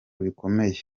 bikomeye